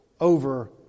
over